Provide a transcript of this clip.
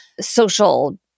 social